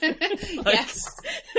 Yes